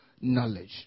knowledge